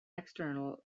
external